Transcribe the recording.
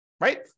right